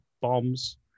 bombs